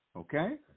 Okay